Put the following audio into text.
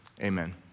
amen